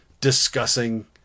discussing